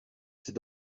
c’est